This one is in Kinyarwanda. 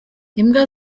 imbwa